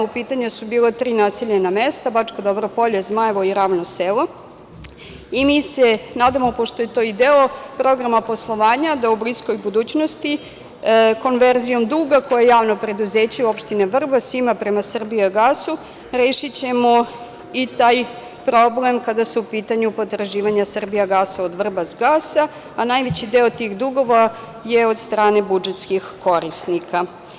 U pitanju su bila tri naseljena mesta Bačko Dobro Polje, Zmajevo i Ravno Selo i mi se nadamo, pošto je to i deo programa poslovanja, da u bliskoj budućnosti konverzijom duga koji javno preduzeće opštine Vrbas ima prema „Srbijagasu“, rešićemo i taj problem kada su u pitanju potraživanja „Srbijagasa“ od „Vrbas-gasa“, a najveći deo tih dugova je od strane budžetskih korisnika.